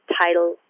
title